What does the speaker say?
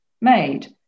made